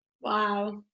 wow